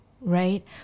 Right